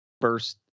first